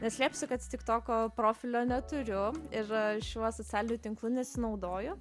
neslėpsiu kad tiktoko profilio neturiu ir šiuo socialiniu tinklu nesinaudoju